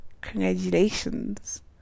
Congratulations